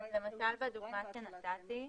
בדוגמה שנתתי.